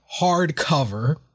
hardcover